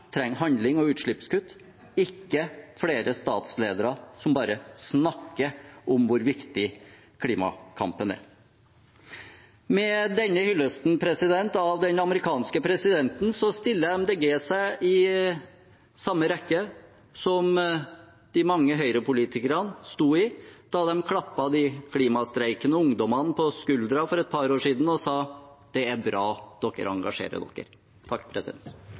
trenger handling og utslippskutt – ikke flere statsledere som bare snakker om hvor viktig klimakampen er. Med denne hyllesten av den amerikanske presidenten stiller Miljøpartiet De Grønne seg i samme rekke som de mange Høyre-politikerne sto i da de klappet de klimastreikende ungdommene på skuldrene for et par år siden og sa: Det er bra dere engasjerer dere.